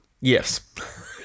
Yes